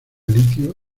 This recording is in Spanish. litio